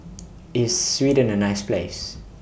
IS Sweden A nice Place